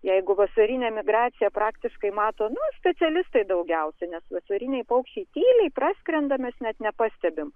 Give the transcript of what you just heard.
jeigu vasarinę migraciją praktiškai mato nu specialistai daugiausia nes vasariniai paukščiai tyliai praskrenda mes net nepastebim